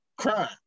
crime